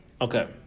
Okay